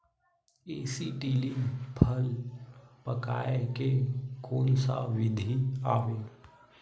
Acetylene फल पकाय के कोन सा विधि आवे?